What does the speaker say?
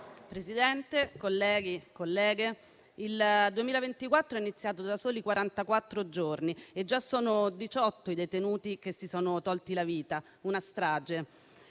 Presidente, onorevoli colleghi e colleghe, il 2024 è iniziato da soli 44 giorni e sono già 18 i detenuti che si sono tolti la vita: una strage.